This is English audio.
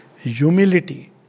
Humility